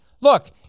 Look